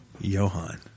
Johan